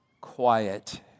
quiet